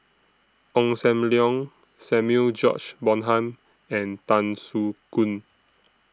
Ong SAM Leong Samuel George Bonham and Tan Soo Khoon